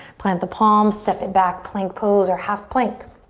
plant the palms, step it back, plank pose or half plank.